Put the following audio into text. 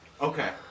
Okay